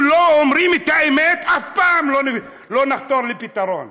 אם לא אומרים את האמת, אף פעם לא נחתור לפתרון.